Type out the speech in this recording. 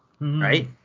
Right